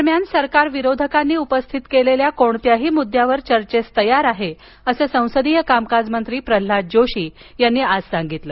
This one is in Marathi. दरम्यान सरकार विरोधकांनी उपस्थित केलेल्या कोणत्याही मुद्द्यांवर चर्चा करण्यास तैय्यार आहे असं संसदीय कामकाज मंत्री प्रल्हाद जोशी यांनी आज सांगितलं